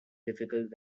difficult